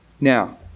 Now